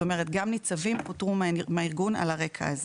זאת אומרת, גם ניצבים פוטרו מהארגון על הרקע הזה.